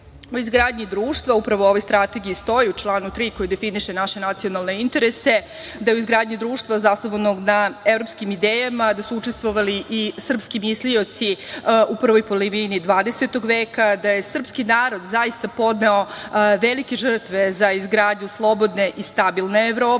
U izgradnji društva, upravo u ovoj Strategiji stoji u članu 3. koji definiše naše nacionalne interese da je u izgradnji društva zasnovanog na evropskim idejama, da su učestvovali i srpski mislioci u prvoj polovini 20. veka, da je srpski narod zaista podneo velike žrtve za izgradnju slobodne i stabilne Evrope,